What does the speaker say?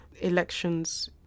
elections